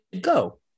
go